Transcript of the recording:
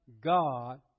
God